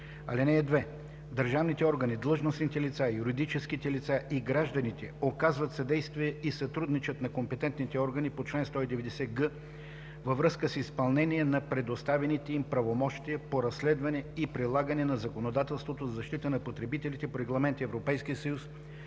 (2) Държавните органи, длъжностните лица, юридическите лица и гражданите оказват съдействие и сътрудничат на компетентните органи по чл. 190г във връзка с изпълнение на предоставените им правомощия по разследване и прилагане на законодателството за защита на потребителите по Регламент (ЕС)